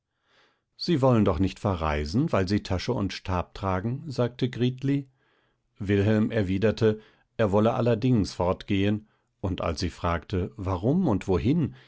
sie wollen doch nicht verreisen weil sie tasche und stabtragen sagte gritli wilhelm erwiderte er wolle allerdings fortgehen und als sie fragte war um und wohin